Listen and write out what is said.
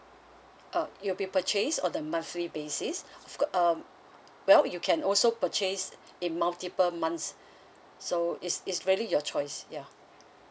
uh you'll be purchase on a monthly basis got um well you can also purchase in multiple months so is is really your choice ya